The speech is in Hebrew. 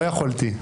לא יכולתי.